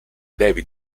david